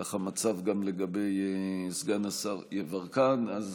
כך המצב גם לגבי סגן השר יברקן, אז